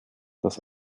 das